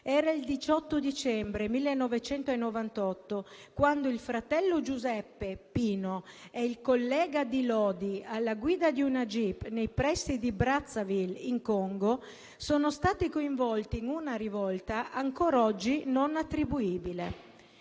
Era il 18 dicembre 1998, quando il fratello Giuseppe, detto Pino, e un collega di Lodi alla guida di una *jeep* nei pressi di Brazzaville, in Congo, sono stati coinvolti in una rivolta ancora oggi non attribuibile.